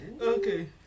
Okay